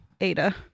Ada